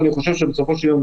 אבל אני חושב שבסופו של יום,